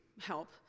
help